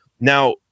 Now